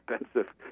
expensive